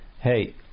hey